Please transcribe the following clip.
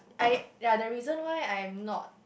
ya the reason why I'm not